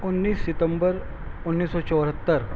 انیس ستمبر انیس سو چوہتر